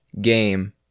game